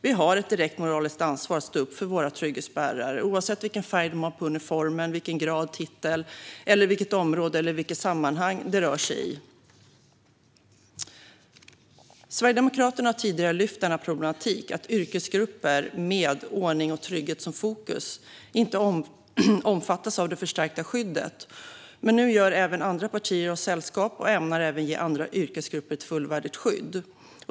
Vi har ett direkt moraliskt ansvar att stå upp för våra trygghetsbärare, oavsett vilken färg de har på uniformen, vilken grad eller titel de har och vilket område eller sammanhang de rör sig i. Sverigedemokraterna har tidigare lyft fram denna problematik: att yrkesgrupper med ordning och trygghet som fokus inte omfattas av det förstärkta skyddet. Nu gör andra partier oss sällskap och ämnar ge andra yrkesgrupper ett fullvärdigt skydd.